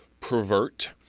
pervert